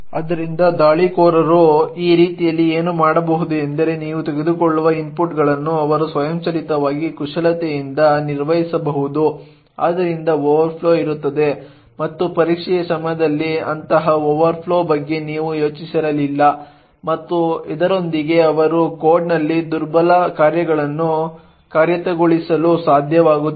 ಆದ್ದರಿಂದ ದಾಳಿಕೋರರು ಈ ರೀತಿಯಲ್ಲಿ ಏನು ಮಾಡಬಹುದು ಎಂದರೆ ನೀವು ತೆಗೆದುಕೊಳ್ಳುವ ಇನ್ಪುಟ್ಗಳನ್ನು ಅವರು ಸ್ವಯಂಚಾಲಿತವಾಗಿ ಕುಶಲತೆಯಿಂದ ನಿರ್ವಹಿಸಬಹುದು ಇದರಿಂದ ಓವರ್ಫ್ಲೋ ಇರುತ್ತದೆ ಮತ್ತು ಪರೀಕ್ಷೆಯ ಸಮಯದಲ್ಲಿ ಅಂತಹ ಓವರ್ಫ್ಲೋ ಬಗ್ಗೆ ನೀವು ಯೋಚಿಸಿರಲಿಲ್ಲ ಮತ್ತು ಇದರೊಂದಿಗೆ ಅವರು ಕೋಡ್ನಲ್ಲಿ ದುರ್ಬಲ ಕಾರ್ಯಗಳನ್ನು ಕಾರ್ಯಗತಗೊಳಿಸಲು ಸಾಧ್ಯವಾಗುತ್ತದೆ